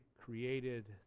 created